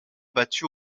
battue